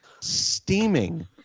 steaming